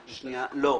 לא.